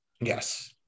Yes